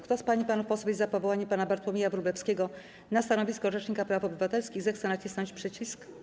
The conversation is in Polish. Kto z pań i panów posłów jest za powołaniem pana Bartłomieja Wróblewskiego na stanowisko rzecznika praw obywatelskich, zechce nacisnąć przycisk.